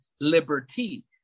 liberty